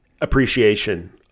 appreciation